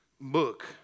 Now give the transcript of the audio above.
book